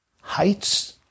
heights